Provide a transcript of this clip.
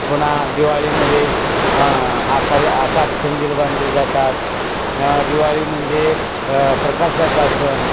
पुन्हा दिवाळीमध्ये आकाश आकाश कंदील बांधले जातात दिवाळी म्हणजे प्रकाशाचा सण